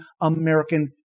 American